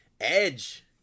Edge